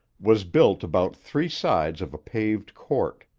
was built about three sides of a paved court.